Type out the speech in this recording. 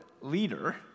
leader